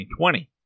2020